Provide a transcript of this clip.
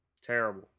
Terrible